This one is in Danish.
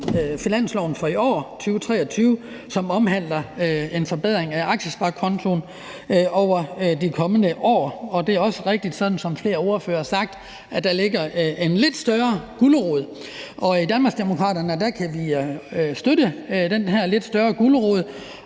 finansloven for i år, 2023, som omhandler en forbedring af aktiesparekontoen over de kommende år. Det er også rigtigt, sådan som flere ordførere har sagt, at der ligger en lidt større gulerod. I Danmarksdemokraterne kan vi støtte den her lidt større gulerod,